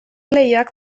leioak